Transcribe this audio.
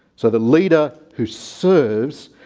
so the leader who serves,